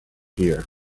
hear